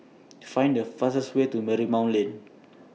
Find The fastest Way to Marymount Lane